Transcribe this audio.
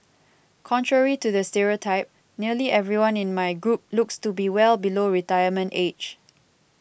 contrary to the stereotype nearly everyone in my group looks to be well below retirement age